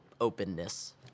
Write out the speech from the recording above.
openness